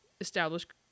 established